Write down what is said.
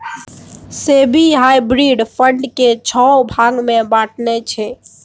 SEBI hybrid fund केँ छओ भाग मे बँटने छै